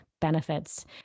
benefits